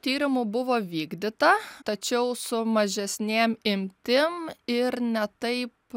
tyrimų buvo vykdyta tačiau su mažesnėm imtim ir ne taip